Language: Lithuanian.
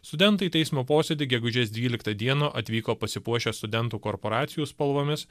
studentai į teismo posėdį gegužės dvyliktą dieną atvyko pasipuošę studentų korporacijų spalvomis